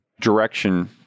direction